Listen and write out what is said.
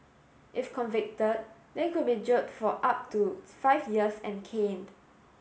if convicted they could be jailed for up to five years and caned